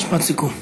משפט סיכום.